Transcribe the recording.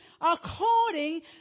according